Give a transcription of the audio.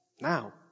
now